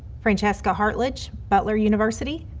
francesca hartladge, butler university,